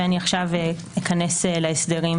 כעת אכנס להסדרים,